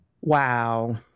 Wow